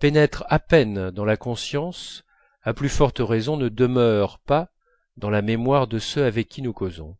pénètrent à peine dans la conscience à plus forte raison ne demeurent pas dans la mémoire de ceux avec qui nous causons